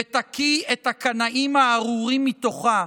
ותקיא את הקנאים הארורים מתוכה,